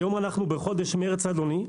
היום אנחנו בחודש מרץ אדוני,